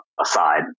aside